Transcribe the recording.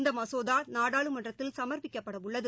இந்த மசோதா நாடாளுமன்றத்தில் சமா்ப்பிக்கப்பட உள்ளது